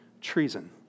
treason